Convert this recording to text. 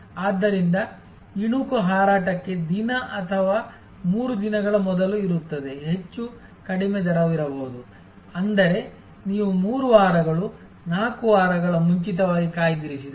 ಆದ್ದರಿಂದ ಇಣುಕು ಹಾರಾಟಕ್ಕೆ ದಿನ ಅಥವಾ 3 ದಿನಗಳ ಮೊದಲು ಇರುತ್ತದೆ ಹೆಚ್ಚು ಕಡಿಮೆ ದರವಿರಬಹುದು ಅಂದರೆ ನೀವು 3 ವಾರಗಳು 4 ವಾರಗಳ ಮುಂಚಿತವಾಗಿ ಕಾಯ್ದಿರಿಸಿದರೆ